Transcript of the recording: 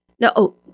no